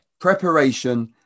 Preparation